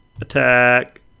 attack